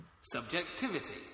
Subjectivity